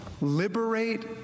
Liberate